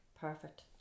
perfect